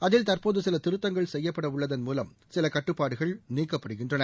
அதில் தற்போது சில திருத்தங்கள் செய்யப்படவுள்ளதன் மூலம் சில கட்டுப்பாடுகள் நீக்கப்படுகின்றன